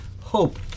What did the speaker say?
hope